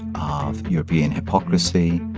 of european hypocrisy.